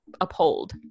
uphold